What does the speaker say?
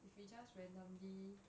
if we just randomly